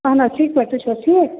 اَہَن ٹھیٖک پٲٹھۍ تُہۍ چھِو حظ ٹھیٖک